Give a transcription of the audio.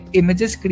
images